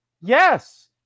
Yes